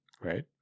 right